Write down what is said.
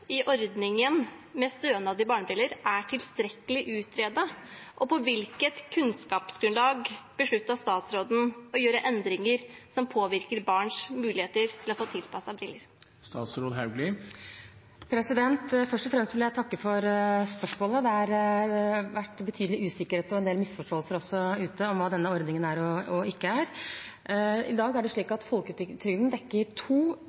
i ordningen med stønad til barnebriller er tilstrekkelig utredet, og på hvilket kunnskapsgrunnlag besluttet statsråden å gjøre endringer som påvirker barns mulighet til å få tilpassede briller?» Først og fremst vil jeg takke for spørsmålet. Det har vært betydelig usikkerhet og en del misforståelser ute om hva denne ordningen er og ikke er. I dag er det slik at folketrygden dekker briller etter to